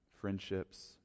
friendships